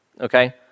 okay